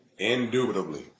Indubitably